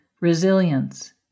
resilience